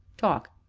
talk.